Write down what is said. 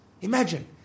Imagine